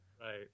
Right